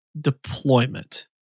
deployment